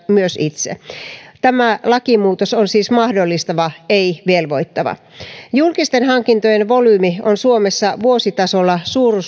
myös itse tämä lakimuutos on siis mahdollistava ei velvoittava julkisten hankintojen volyymi on suomessa vuositasolla